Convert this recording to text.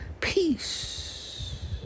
Peace